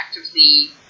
actively